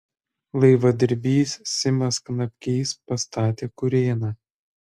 laivadirbys simas knapkys pastatė kurėną